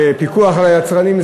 בפיקוח על היצרנים.